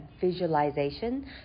visualization